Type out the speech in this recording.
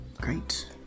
Great